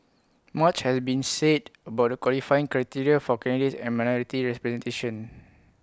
much has been said about the qualifying criteria for candidates and minority representation